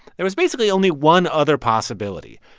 there was basically only one other possibility.